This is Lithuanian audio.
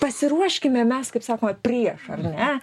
pasiruoškime mes kaip sakoma prieš ar ne